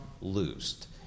loosed